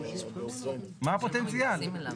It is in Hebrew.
מה הפוטנציאל?